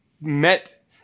met